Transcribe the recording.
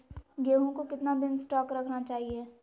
गेंहू को कितना दिन स्टोक रखना चाइए?